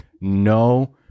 no